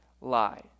lie